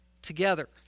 together